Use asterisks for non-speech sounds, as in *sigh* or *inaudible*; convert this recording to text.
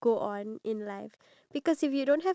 *laughs* okay *laughs*